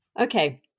okay